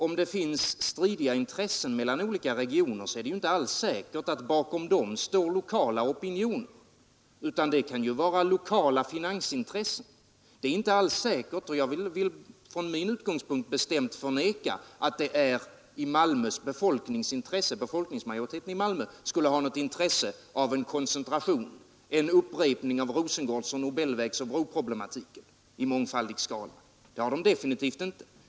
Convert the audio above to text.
Om det finns stridiga intressen mellan olika regioner är det nämligen inte alls säkert att bakom dem står lokala opinioner, utan det kan vara lokala finansintressen. Det är inte alls säkert, och jag vill från min utgångspunkt bestämt förneka, att befolkningsmajoriteten i Malmö skulle ha något intresse av en koncentration — en upprepning av Rosengårds-, Nobelvägsoch broproblematiken i mångfaldig skala. Det intresset har befolkningen definitivt inte.